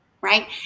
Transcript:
right